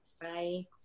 Bye